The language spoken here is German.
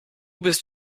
bist